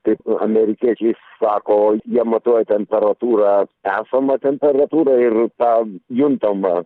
kaip amerikiečiai sako jie matuoja temperatūrą esamą temperatūrą ir tą juntamą